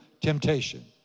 temptation